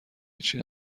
هیچی